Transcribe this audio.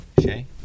Shay